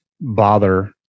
bother